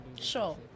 Sure